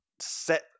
set